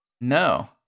No